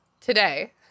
Today